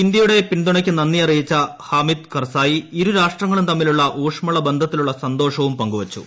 ഇന്ത്യയുടെ പിന്തുണയ്ക്ക് നന്ദി അറിയിച്ച ഹമിദ് കർസായി ഇരു രാഷ്ട്രങ്ങളും തമ്മിലുള്ള ഊഷ്മള ബന്ധത്തിലുള്ള സന്തോഷവും പങ്കുവച്ചു